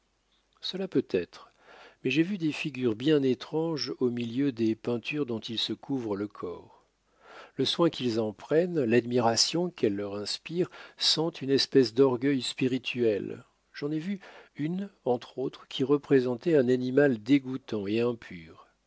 cela peut être mais j'ai vu des figures bien étranges au milieu des peintures dont ils se couvrent le corps le soin qu'ils en prennent l'admiration qu'elles leur inspirent sentent une espèce d'orgueil spirituel j'en ai vu une entres autres qui représentait un animal dégoûtant et impur